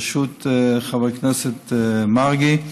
בראשות חבר הכנסת מרגי.